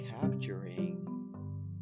capturing